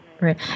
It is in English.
right